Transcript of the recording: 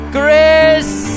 grace